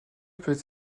peut